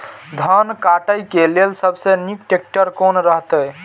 धान काटय के लेल सबसे नीक ट्रैक्टर कोन रहैत?